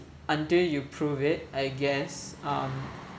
until you prove it I guess um